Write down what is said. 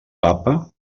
papa